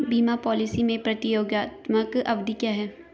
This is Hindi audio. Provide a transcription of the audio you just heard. बीमा पॉलिसी में प्रतियोगात्मक अवधि क्या है?